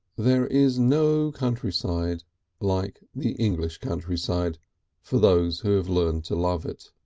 there is no country-side like the english country-side for those who have learnt to love it